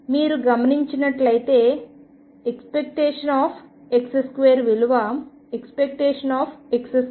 మీరు గమనించినట్లైతే ⟨x2⟩ విలువ ⟨x⟩2 కంటే ఎక్కువ